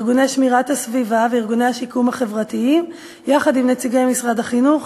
ארגוני שמירת הסביבה וארגוני השיקום החברתיים יחד עם נציגי משרד החינוך,